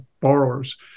borrowers